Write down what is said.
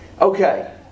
Okay